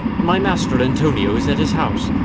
my master antonio is at his house,